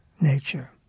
nature